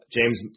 James